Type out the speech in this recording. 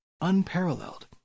unparalleled